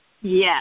Yes